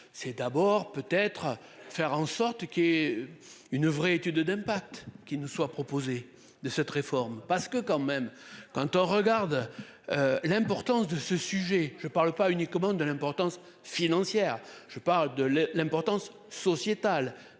c'est d'abord peut être faire en sorte qu'il y ait une vraie étude d'impact qui ne soit proposé de cette réforme parce que quand même quand on regarde. L'importance de ce sujet, je parle pas uniquement de l'importance financière, je parle de l'importance sociétale